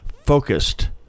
focused